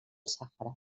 sàhara